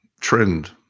trend